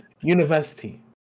University